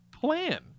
plan